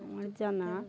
আমার জানা